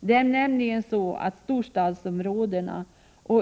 Det är nämligen så att storstadsområdena,